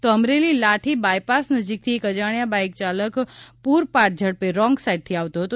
તો અમરેલી લાઠી બાયપાસ નજીકથી એક અજાણ્યા બાઇક ચાલક પૂરપાટ ઝડપે રોંગ સાઈડથી આવતો હતો